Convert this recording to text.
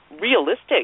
realistic